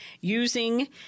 using